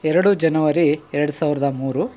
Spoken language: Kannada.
ಎರಡು ಜನವರಿ ಎರಡು ಸಾವಿರದ ಮೂರು